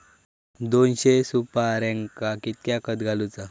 दोनशे सुपार्यांका कितक्या खत घालूचा?